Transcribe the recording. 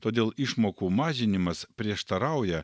todėl išmokų mažinimas prieštarauja